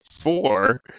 four